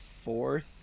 fourth